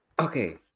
Okay